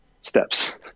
steps